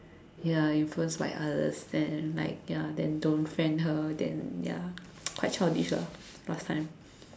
ya influenced by others then like ya then don't friend her then ya quite childish lah last time